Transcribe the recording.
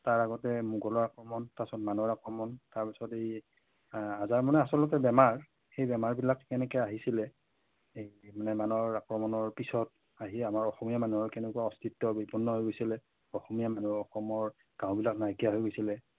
তাৰ আগতে মোগলৰ আক্ৰমণ তাৰপাছত মানৰ আক্ৰমণ তাৰপাছত এই আজাৰ মানে আচলতে বেমাৰ সেই বেমাৰবিলাক কেনেকৈ আহিছিল এই মানে মানৰ আক্ৰমণৰ পিছত আহি আমাৰ অসমীয়া মানুহৰ কেনেকুৱা অস্তিত্ব বিপন্ন হৈ গৈছিল অসমীয়া মানুহ অসমৰ গাঁওবিলাক নাইকিয়া হৈ গৈছিল